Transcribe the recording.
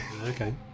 okay